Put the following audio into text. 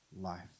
life